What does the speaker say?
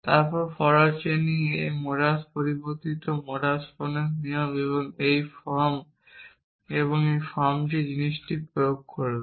তারপর forward chaining এই modus পরিবর্তিত মোডাস পোনেন্স নিয়ম এবং এই ফর্ম এবং এই ফর্ম এই জিনিসটি প্রয়োগ করবে